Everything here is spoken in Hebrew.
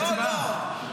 אין הצבעה?